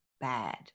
bad